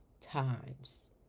times